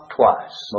twice